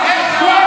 איפה אביר קארה?